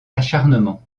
acharnement